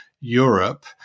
Europe